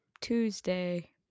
Tuesday